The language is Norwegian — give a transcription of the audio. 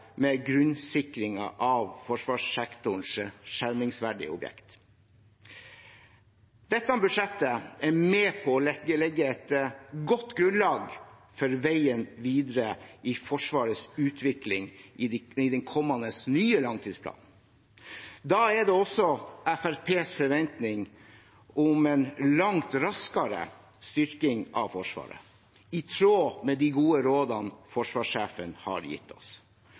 med grunnsikringen av forsvarssektorens skjermingsverdige objekter. Dette budsjettet er med på å legge et godt grunnlag for veien videre i Forsvarets utvikling i den kommende, nye langtidsplanen. Da har også Fremskrittspartiet en forventning om en langt raskere styrking av Forsvaret, i tråd med de gode rådene forsvarssjefen har gitt oss.